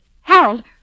Harold